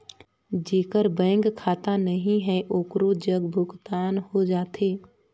जेकर बैंक खाता नहीं है ओकरो जग भुगतान हो जाथे?